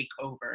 takeover